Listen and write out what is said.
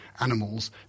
animals